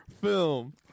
film